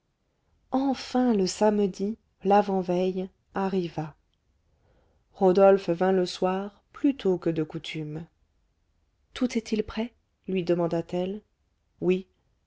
enfin le samedi l'avant-veille arriva rodolphe vint le soir plus tôt que de coutume tout est-il prêt lui demanda-t-elle oui